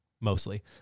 mostly